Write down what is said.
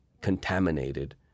contaminated